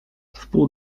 wpół